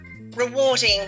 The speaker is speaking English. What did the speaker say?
rewarding